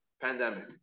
pandemic